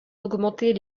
d’augmenter